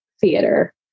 theater